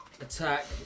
Attack